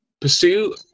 pursue